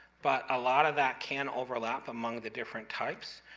but a lot of that can overlap among the different types.